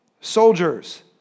soldiers